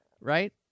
right